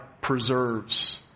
preserves